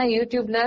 YouTube